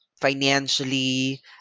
financially